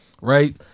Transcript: right